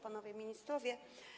Panowie Ministrowie!